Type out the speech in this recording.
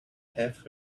have